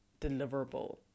deliverable